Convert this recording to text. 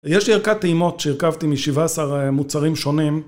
יש לי ערכת טעימות שהרכבתי מ-17 מוצרים שונים